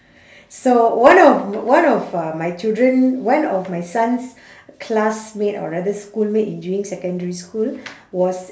so one of one of uh my children one of my son's classmate or rather schoolmate in during secondary school was